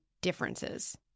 differences